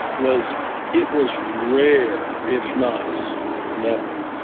was it was rare, if not never,